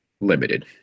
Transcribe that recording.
limited